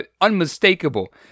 Unmistakable